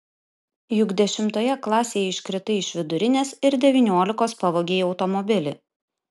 juk dešimtoje klasėje iškritai iš vidurinės ir devyniolikos pavogei automobilį